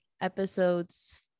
episodes